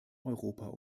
europa